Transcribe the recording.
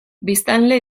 biztanle